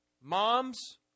moms